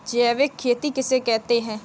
जैविक खेती किसे कहते हैं?